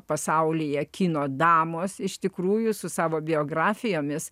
pasaulyje kino damos iš tikrųjų su savo biografijomis